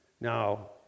Now